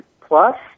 plus